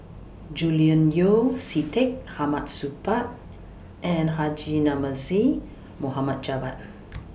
Julian Yeo See Teck Hamid Supaat and Haji Namazie Mohamed Javad